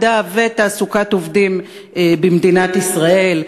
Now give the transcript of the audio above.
מדע ותעסוקת עובדים במדינת ישראל?